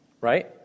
right